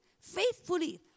Faithfully